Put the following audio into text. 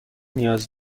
نیاز